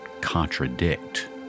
contradict